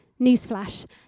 Newsflash